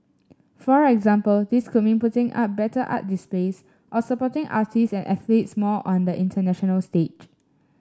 for example this could mean putting up better art displays or supporting artists and athletes more on the international stage